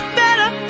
better